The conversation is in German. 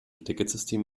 ticketsystem